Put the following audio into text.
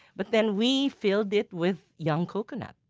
but then we filled it with young coconut,